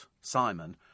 Simon